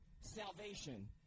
salvation